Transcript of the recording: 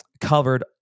covered